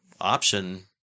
option